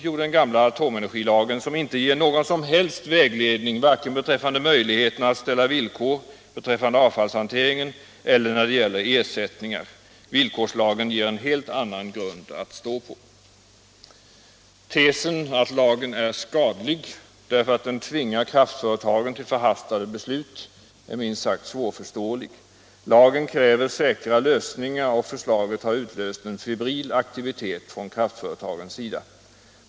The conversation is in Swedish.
Jo, den gamla atomenergilagen som inte ger någon som helst vägledning vare sig beträffande möjligheten att ställa villkor för avfallshanteringen eller när det gäller ersättningar. Villkorslagen ger en helt annan grund att stå på. Tesen att lagen är skadlig därför att den tvingar kraftföretagen till förhastade beslut är minst sagt svårförståelig. Lagen kräver säkra lösningar och förslaget har utlöst en febril aktivitet från kraftföretagens sida.